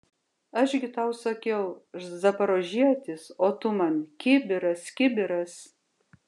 aš gi tau sakiau zaporožietis o tu man kibiras kibiras